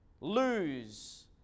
lose